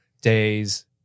days